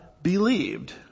Believed